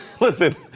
listen